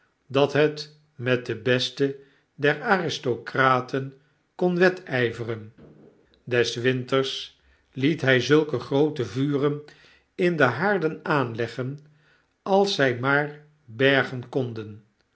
dat het met de besten der aristrocraten kon wedijveren des winters liet hy zulke groote vuren in de haarden aanleggen als zy maar bergen konden